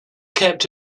kept